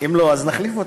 אם לא, אז נחליף אותו.